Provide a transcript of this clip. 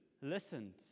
listened